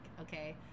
okay